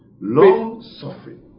long-suffering